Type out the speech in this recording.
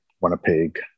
Winnipeg